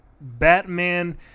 Batman